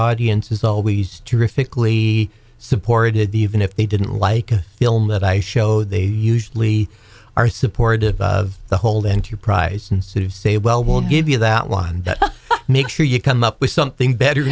audience is always terrifically supported even if they didn't like film that i showed they usually are supportive of the whole enterprise institute of say well we'll give you that one make sure you come up with something better